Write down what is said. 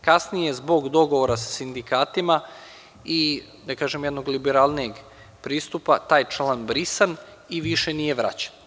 Kasnije je zbog dogovora sa sindikatima i jednog liberalnijeg pristupa taj član brisan i više nije vraćen.